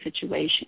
situation